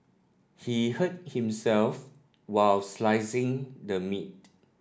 he hurt himself while slicing the meat